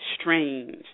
strange